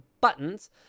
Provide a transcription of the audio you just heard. buttons